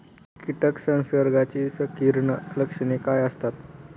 कीटक संसर्गाची संकीर्ण लक्षणे काय असतात?